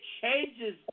changes